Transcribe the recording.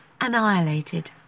annihilated